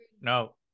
no